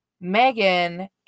Megan